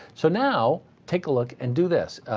so now take a look and do this.